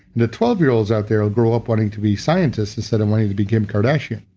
the twelve year olds out there will grow up wanting to be scientists instead of wanting to be kim kardashian,